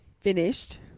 finished